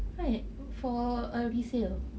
right for a resale